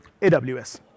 AWS